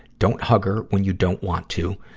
don't hug her when you don't want to.